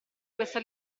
questa